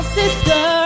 sister